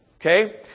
Okay